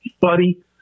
buddy